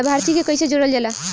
लभार्थी के कइसे जोड़ल जाला?